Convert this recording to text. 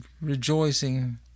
rejoicing